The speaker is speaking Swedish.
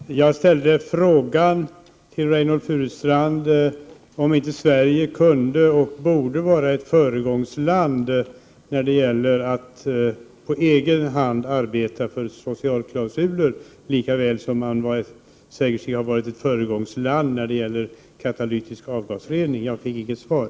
Herr talman! Jag ställde en fråga till Reynoldh Furustrand om inte Sverige kunde och borde vara ett föregångsland när det gäller att på egen hand arbeta för socialklausuler, lika väl som man säger sig ha varit ett föregångsland när det gäller katalytisk avgasrening. Jag fick inget svar.